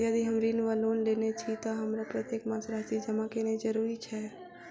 यदि हम ऋण वा लोन लेने छी तऽ हमरा प्रत्येक मास राशि जमा केनैय जरूरी छै?